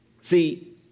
See